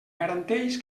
garanteix